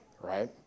right